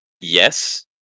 yes